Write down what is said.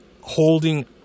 holding